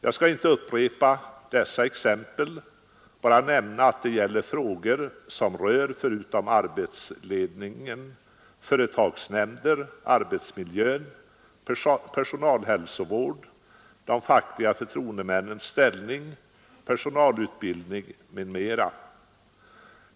Jag skall inte upprepa dessa exempel, bara nämna att det gäller frågor som rör — förutom arbetsledningen — företagsnämnder, arbetsmiljön, personalhälsovård, de fackliga förtroendemännens ställning, personalutbildning m.m.